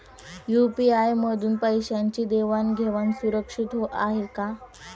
UPI मधून पैशांची देवाण घेवाण सुरक्षित आहे का?